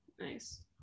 nice